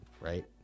right